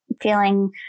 feeling